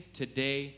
today